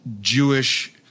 Jewish